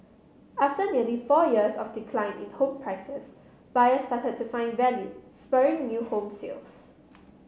after nearly four years of decline in home prices buyers started to find value spurring new home sales